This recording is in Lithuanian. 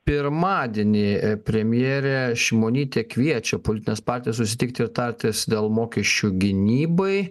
pirmadienį premjerė šimonytė kviečia politines partijas susitikti ir tartis dėl mokesčių gynybai